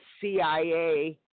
CIA